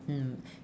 mm